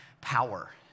power